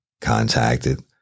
contacted